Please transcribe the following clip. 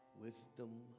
wisdom